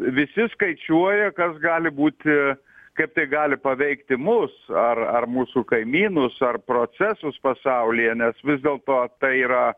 visi skaičiuoja kas gali būti kaip tai gali paveikti mus ar ar mūsų kaimynus ar procesus pasaulyje nes vis dėlto tai yra